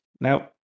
Now